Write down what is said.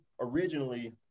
originally